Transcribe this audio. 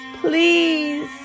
please